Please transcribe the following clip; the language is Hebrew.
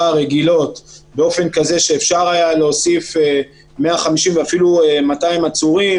הרגילות באופן כזה שאפשר היה להוסיף 150 ואפילו 200 עצורים,